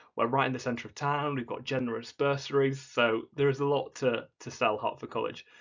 we're right in the center of town, we've got generous bursaries, so there is a lot to to sell hertford college,